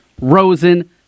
Rosen